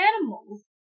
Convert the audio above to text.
animals